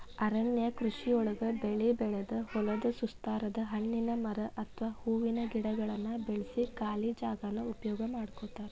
ಅರಣ್ಯ ಕೃಷಿಯೊಳಗ ಬೆಳಿ ಬೆಳದ ಹೊಲದ ಸುತ್ತಾರದ ಹಣ್ಣಿನ ಮರ ಅತ್ವಾ ಹೂವಿನ ಗಿಡಗಳನ್ನ ಬೆಳ್ಸಿ ಖಾಲಿ ಜಾಗಾನ ಉಪಯೋಗ ಮಾಡ್ಕೋತಾರ